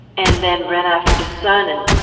and then ran after the son and